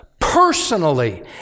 personally